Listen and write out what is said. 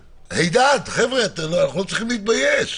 הידד, חבר'ה, אנחנו לא צריכים להתבייש.